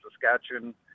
Saskatchewan